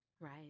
Right